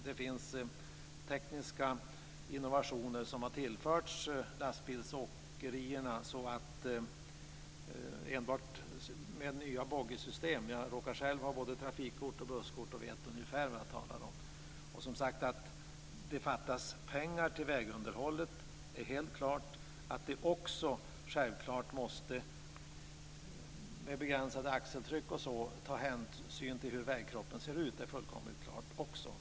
Det finns tekniska innovationer som har tillförts lastbilsåkerierna, t.ex. nya boggisystem. Jag råkar själv ha både trafikkort och busskort och vet ungefär vad jag talar om. Att det, som sagt, fattas pengar till vägunderhållet är helt klart. Att man med begränsat axeltryck måste ta hänsyn till hur vägkroppen ser ut är också fullkomligt självklart.